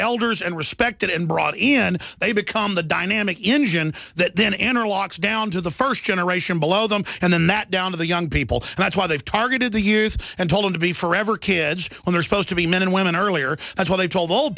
elders and respected and brought in they become the dynamic engine that then enter locks down to the first generation below them and then that down to the young people and that's why they've targeted the years and told them to be forever kids when they're supposed to be men and women earlier that's what they told old